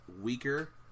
weaker